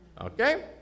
okay